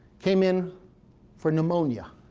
came in for pneumonia.